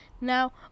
Now